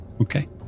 Okay